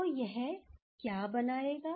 तो यह क्या बनाएगा